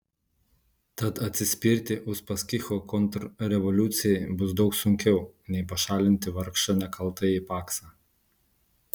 tad atsispirti uspaskicho kontrrevoliucijai bus daug sunkiau nei pašalinti vargšą nekaltąjį paksą